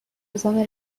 نظام